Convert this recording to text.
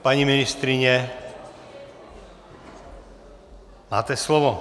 Paní ministryně, máte slovo.